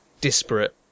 disparate